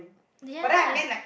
ya